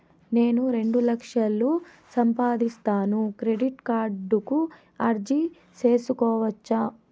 నేను రెండు లక్షలు సంపాదిస్తాను, క్రెడిట్ కార్డుకు అర్జీ సేసుకోవచ్చా?